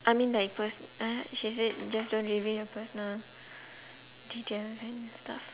I mean by perso~ uh she said just don't reveal your personal things ah and stuff